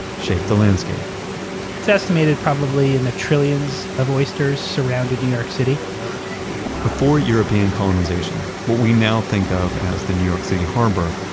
shaped the landscape it's estimated probably in the trillions of oysters surrounded new york city before european colonization, what we now think of as the new york city harbor,